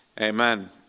amen